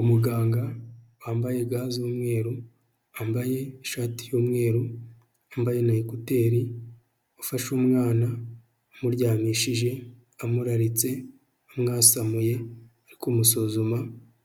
Umuganga wambaye ga z'umweru, wambaye ishati y'umweru, yambaye na ekuteri, ufashe umwana umuryamishije, amuratse amwasamuye ari kumusuzuma